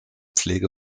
pflege